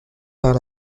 par